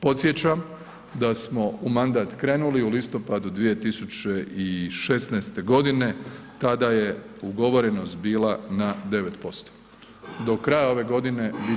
Podsjećam da smo u mandat krenuli u listopadu 2016. godine tada je ugovorenost bila na 9%, do kraja ove godine bit